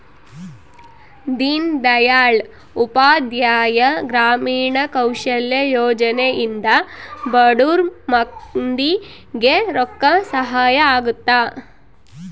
ದೀನ್ ದಯಾಳ್ ಉಪಾಧ್ಯಾಯ ಗ್ರಾಮೀಣ ಕೌಶಲ್ಯ ಯೋಜನೆ ಇಂದ ಬಡುರ್ ಮಂದಿ ಗೆ ರೊಕ್ಕ ಸಹಾಯ ಅಗುತ್ತ